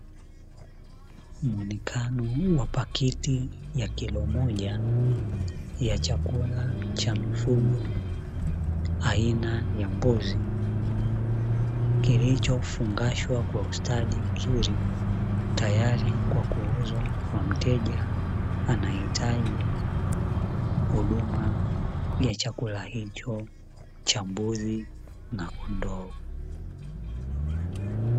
Muonekano huu wa paketi ya kilo moja ya chakula cha mifugo aina ya mbuzi, kilichofungashwa kwa ustadi mzuri; tayari kwa kuuzwa kwa mteja anayehitaji huduma ya chakula hicho cha mbuzi na kondoo.